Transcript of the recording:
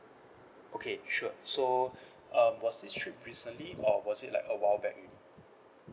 okay sure so um was this trip recently or was it like a while back already